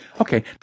Okay